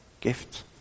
gift